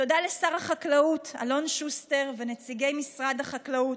תודה לשר החקלאות אלון שוסטר ונציגי משרד החקלאות,